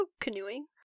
canoeing